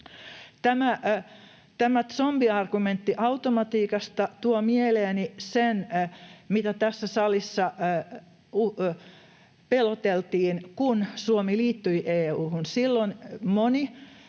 Tämä zombiargumentti automatiikasta tuo mieleeni sen, mitä tässä salissa peloteltiin, kun Suomi liittyi EU:hun. Silloin moni